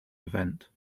event